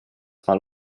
mal